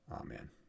amen